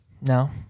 No